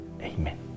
Amen